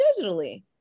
digitally